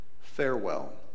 Farewell